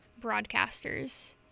broadcasters